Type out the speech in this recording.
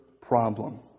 problem